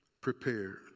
prepared